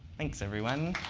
thanks, everyone.